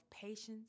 patience